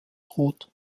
rot